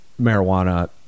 marijuana